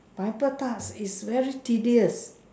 pineapple tarts is very tedious